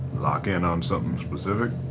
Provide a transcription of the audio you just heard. lock in on something specific?